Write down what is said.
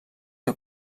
que